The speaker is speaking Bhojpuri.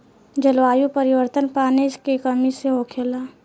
जलवायु परिवर्तन, पानी के कमी से होखेला